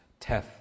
Teth